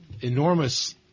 enormous